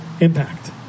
impact